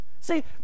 See